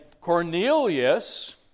Cornelius